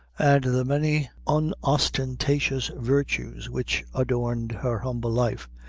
and the many unostentatious virtues which adorned her humble life.